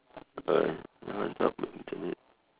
uh